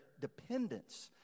dependence